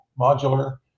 modular